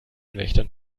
wächtern